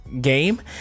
game